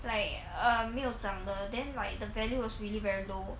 like err 没有涨的 then like the value was really very low